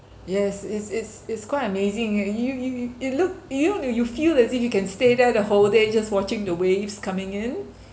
yes is it's it's quite amazing you you you you you look you know you feel as if you can stay there the whole day just watching the waves coming in